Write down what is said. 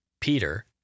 Peter